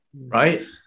Right